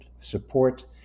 support